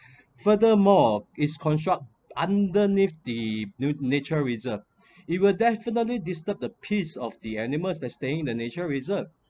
furthermore is construct underneath the na~ nature reserved it will definitely disturb the peace of the animals that staying the nature reserved